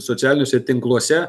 socialiniuose tinkluose